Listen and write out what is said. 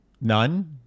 none